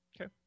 Okay